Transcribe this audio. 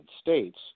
states